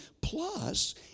plus